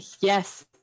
Yes